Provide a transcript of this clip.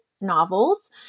novels